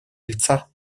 лица